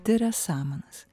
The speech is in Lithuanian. tiria samanas